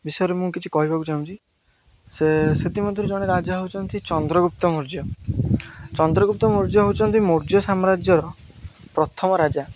ବିଷୟରେ ମୁଁ କିଛି କହିବାକୁ ଚାହୁଁଛି ସେ ସେଥିମଧ୍ୟରୁ ଜଣେ ରାଜା ହେଉଛନ୍ତି ଚନ୍ଦ୍ରଗୁପ୍ତ ମୌର୍ଯ୍ୟ ଚନ୍ଦ୍ରଗୁପ୍ତ ମୌର୍ଯ୍ୟ ହେଉଛନ୍ତି ମୌର୍ଯ୍ୟ ସାମ୍ରାଜ୍ୟର ପ୍ରଥମ ରାଜା